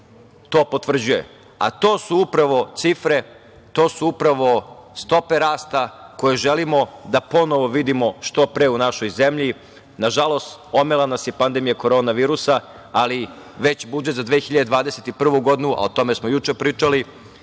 to potvrđuje, a to su upravo cifre, to su upravo stope rasta koje želimo da ponovo vidimo što pre u našoj zemlji. Nažalost, omela nas je pandemija korona virusa, ali već budžet za 2021. godinu, a o tome smo juče pričali,